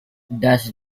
does